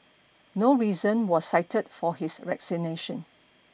no reason was cited for his resignation